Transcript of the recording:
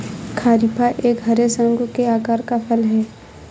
शरीफा एक हरे, शंकु के आकार का फल है